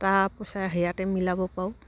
তাৰ পইচা সেয়াতে মিলাব পাৰু